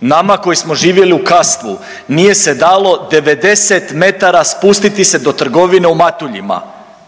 nama koji smo živjeli u Kastvu nije se dalo 90 metara spustiti se do trgovine u Matuljima.